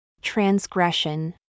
transgression